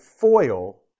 foil